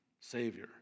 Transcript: savior